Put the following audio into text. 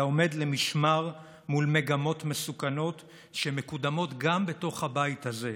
אלא עומד למשמר מול מגמות מסוכנות שמקודמות גם בתוך הבית הזה,